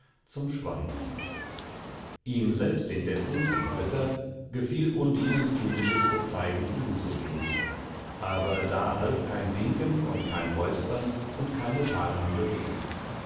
zum schweigen ihm selbst indessen dem ritter gefiel undinens kindisches bezeigen ebensowenig aber da half kein winken und kein räuspern und keine tadelnde rede